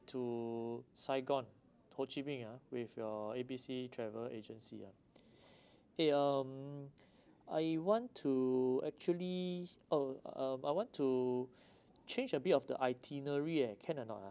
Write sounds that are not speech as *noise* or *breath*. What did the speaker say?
to saigon ho chi minh ah with your A B C travel agency ah *breath* eh um I want to actually uh uh I want to change a bit of the itinerary eh can or not ah